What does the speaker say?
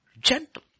Gentle